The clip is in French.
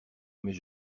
mais